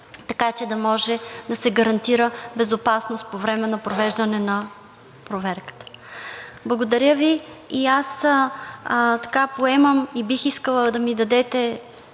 така че да може да се гарантира безопасност по време на провеждане на проверката. Благодаря Ви. Аз бих искала да ми